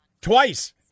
Twice